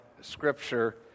Scripture